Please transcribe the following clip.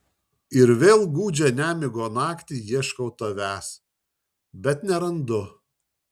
ir vėl gūdžią nemigo naktį ieškau tavęs bet nerandu